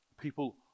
people